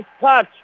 touch